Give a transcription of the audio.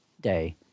Day